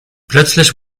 plötzlich